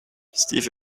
steve